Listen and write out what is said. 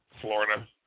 Florida